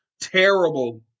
terrible